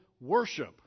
worship